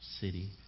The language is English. city